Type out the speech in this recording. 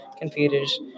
computers